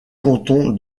canton